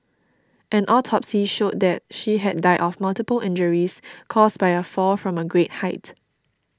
an autopsy showed that she had died of multiple injuries caused by a fall from a great height